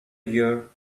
year